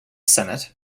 senate